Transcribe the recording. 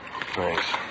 Thanks